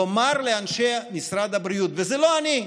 לומר לאנשי משרד הבריאות, וזה לא אני,